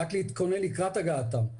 רק להתכונן לקראת הגעתם.